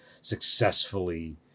successfully